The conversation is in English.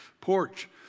porch